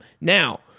Now